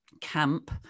camp